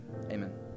Amen